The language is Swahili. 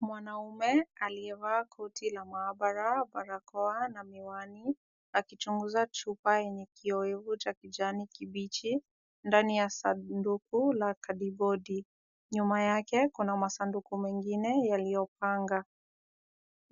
Mwanaume aliyevaa koti la maabara, barakoa na miwani akichunguza chupa yenye kiowevu cha kijani kibichi ndani ya sanduku la kadibodi. Nyuma yake kuna masanduku mengine yaliyopanga